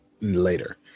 later